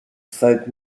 folk